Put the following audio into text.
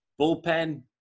bullpen